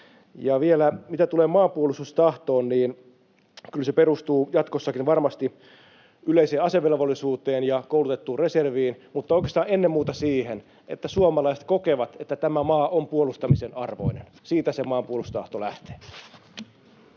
vielä, mitä tulee maanpuolustustahtoon, niin kyllä se perustuu jatkossakin varmasti yleiseen asevelvollisuuteen ja koulutettuun reserviin, mutta oikeastaan ennen muuta siihen, että suomalaiset kokevat, että tämä maa on puolustamisen arvoinen. Siitä se maanpuolustustahto lähtee.